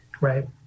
Right